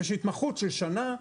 יש התמחות של שנה.